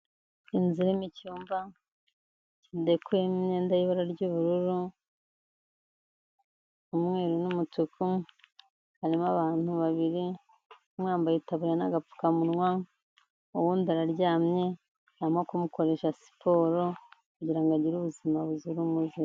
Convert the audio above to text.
Inzu irimo icyumba, kidekoyemo imyenda y'ibara ry'ubururu, umweru, n'umutuku, harimo abantu babiri, umwe yambaye itaburiya n'agapfukamunwa, uwundi araryamye, arimo kumukoresha siporo, kugira ngo agire ubuzima buzira umuze.